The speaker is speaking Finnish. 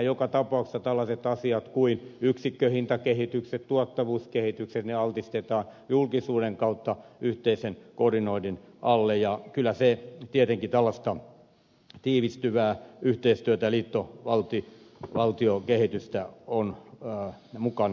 joka tapauksessa tällaiset asiat kuin yksikköhintakehitykset ja tuottavuuskehitykset altistetaan julkisuuden kautta yhteisen koordinoinnin alle ja kyllä se tietenkin tällaista tiivistyvää yhteistyötä liittovaltiokehitystä on mukana tuomassa